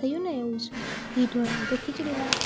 થયું ને એવું જ ઘી ઢોળાયું તો ખીચડીમાં